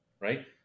right